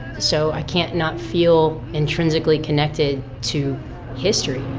so i can't not feel intrinsically connected to history.